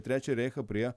trečią reichą prie